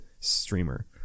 streamer